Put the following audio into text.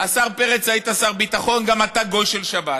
השר פרץ, היית שר ביטחון, גם אתה גם גוי של שבת.